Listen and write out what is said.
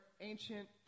ancient